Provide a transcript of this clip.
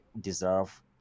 deserve